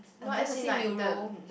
I'm gonna see neuro~